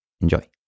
Enjoy